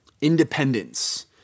independence